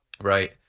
right